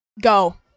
go